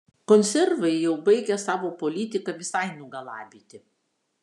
konservai jau baigia savo politika visai nugalabyti